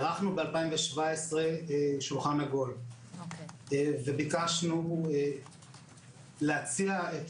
ערכנו ב-2017 שולחן עגול וביקשנו להציע את